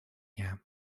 дня